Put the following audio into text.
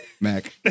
Mac